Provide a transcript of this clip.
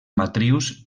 matrius